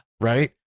Right